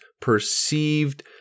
perceived